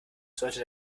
sollte